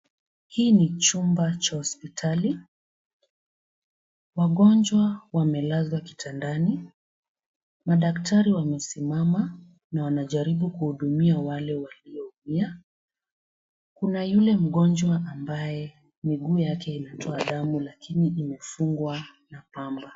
Hii ni chumba cha hospitali. Wagonjwa wamelazwa kitandani. Madaktari wamesimama na wanajaribu kuhudumia wale walioumia. Kuna yule mgonjwa ambaye miguu yake inatoa damu, lakini imefungwa na pamba.